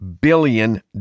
billion